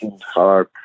hard